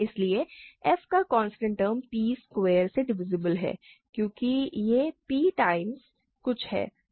इसलिए f का constant term p square से डिविसिबल है क्योंकि यह p टाइम्स कुछ है